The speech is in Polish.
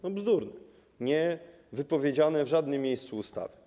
No, bzdurne, niewypowiedziane w żadnym miejscu ustawy.